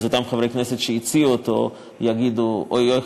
אז אותם חברי כנסת שהציעו אותו יגידו: אוי אוי אוי,